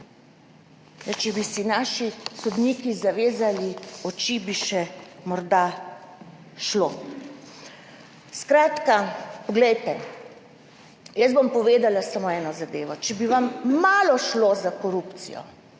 če bi si naši sodniki zavezali oči, bi še morda šlo. Skratka, poglejte, jaz bom povedala samo eno zadevo. Če bi vam malo šlo za korupcijo,